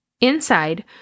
Inside